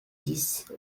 dix